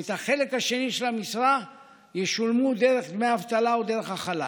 והחלק השני של המשרה ישולם דרך דמי אבטלה או דרך החל"ת.